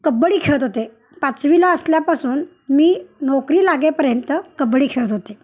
कबड्डी खेळत होते पाचवीला असल्यापासून मी नोकरी लागेपर्यंत कबड्डी खेळत होते